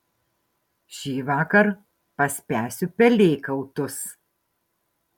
šįvakar paspęsiu pelėkautus